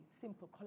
simple